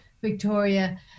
Victoria